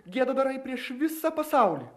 gėdą darai prieš visą pasaulį